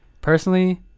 personally